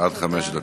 עד חמש דקות.